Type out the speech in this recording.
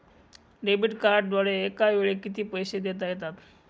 Debit कार्डद्वारे एकावेळी किती पैसे देता येतात?